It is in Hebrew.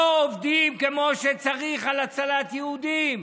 לא עובדים כמו שצריך על הצלת יהודים.